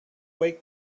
wake